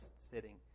sitting